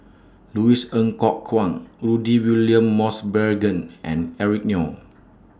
Louis Ng Kok Kwang Rudy William Mosbergen and Eric Neo